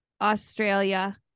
australia